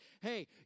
hey